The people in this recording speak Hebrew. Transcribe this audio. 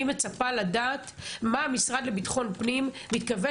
אני מצפה לדעת מה המשרד לביטחון פנים מתכוון